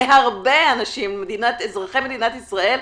להרבה אנשים אזרחי מדינת ישראל,